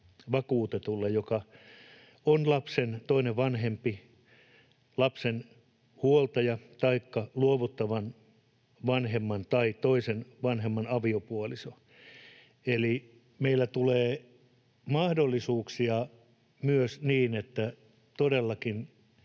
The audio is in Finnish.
vakuutetulle, joka on lapsen toinen vanhempi, lapsen huoltaja taikka luovuttavan vanhemman tai toisen vanhemman aviopuoliso, eli todellakin äidin mahdollisuudet ja työmarkkina-asema